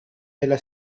della